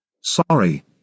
Sorry